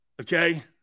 Okay